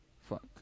Fuck